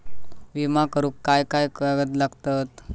विमा करुक काय काय कागद लागतत?